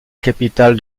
capitale